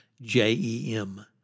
J-E-M